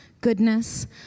goodness